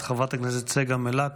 את חברת הכנסת צגה מלקו.